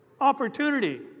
Opportunity